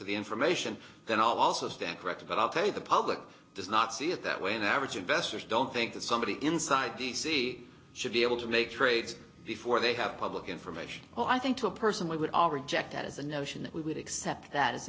to the information then i'll also stand corrected but i'll say the public does not see it that way and average investors don't think that somebody inside the sea should be able to make trades before they have public information oh i think to a person we would all rejected the notion that we would accept that it's